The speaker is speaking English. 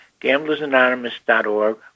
gamblersanonymous.org